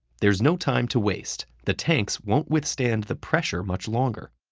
there's no time to waste. the tanks won't withstand the pressure much longer.